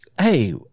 Hey